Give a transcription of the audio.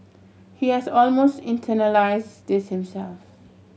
he has almost internalise this himself